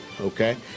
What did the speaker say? okay